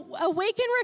Awaken